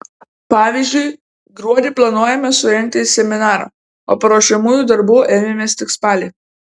pavyzdžiui gruodį planuojame surengti seminarą o paruošiamųjų darbų ėmėmės tik spalį